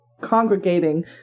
congregating